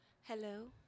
Hello